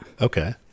Okay